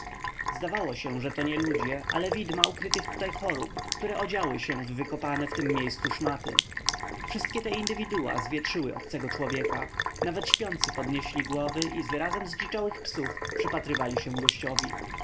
zdawało się że to nie ludzie ale widma ukrytych tutaj chorób które odziały się w wykopane w tem miejscu szmaty wszystkie te indywidua zwietrzyły obcego człowieka nawet śpiący podnieśli głowy i z wyrazem ździczałych psów przypatrywali się gościowi